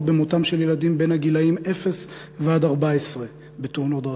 במותם של ילדים בין הגילים אפס ועד 14 בתאונות דרכים.